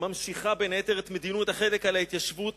ממשיכה בין היתר את מדיניות החנק של ההתיישבות